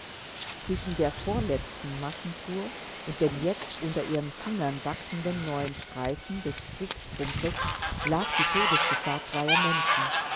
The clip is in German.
zwischen der vorletzten maschentour und dem jetzt unter ihren fingern wachsenden neuen streifen des strickstrumpfes lag die todesgefahr zweier menschen